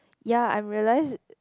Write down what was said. ya I realised